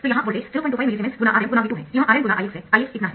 तो यहां voltage 025 millisiemens × Rm × V2 है यह Rm × Ix है Ix इतना है